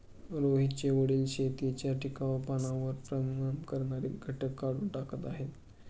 रोहितचे वडील शेतीच्या टिकाऊपणावर परिणाम करणारे घटक काढून टाकत आहेत